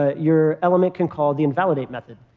ah your element can call the invalidate method.